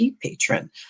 patron